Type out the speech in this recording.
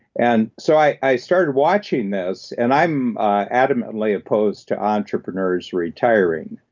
and so i started watching this, and i'm adamantly opposed to entrepreneurs retiring,